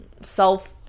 self